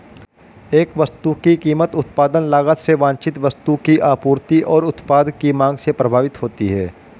एक वस्तु की कीमत उत्पादन लागत से वांछित वस्तु की आपूर्ति और उत्पाद की मांग से प्रभावित होती है